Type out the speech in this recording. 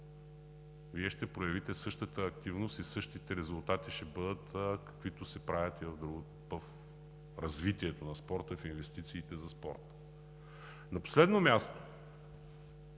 Вие ще проявите същата активност и същите резултати ще бъдат, каквито се правят и в развитието на спорта, и в инвестициите за спорта. На последно място